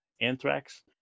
Anthrax